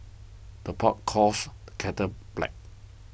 the pot calls the kettle black